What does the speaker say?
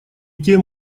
тем